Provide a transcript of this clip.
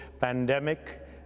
pandemic